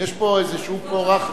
יש פה איזה כורח.